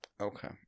Okay